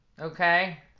okay